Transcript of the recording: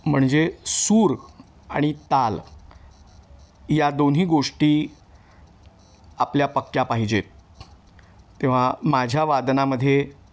म्हणजे सूर आणि ताल या दोन्ही गोष्टी आपल्या पक्क्या पाहिजेत तेव्हा माझ्या वादनामध्ये